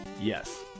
Yes